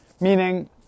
Meaning